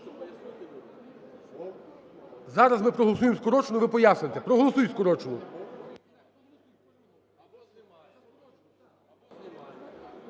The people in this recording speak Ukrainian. Зараз ми проголосуємо скорочену, і ви поясните. Проголосуй скорочену.